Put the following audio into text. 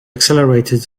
accelerated